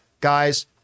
Guys